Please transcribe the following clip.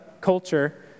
culture